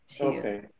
Okay